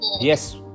Yes